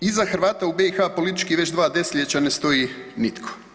Iza Hrvata u BiH politički već dva desetljeća ne stoji nitko.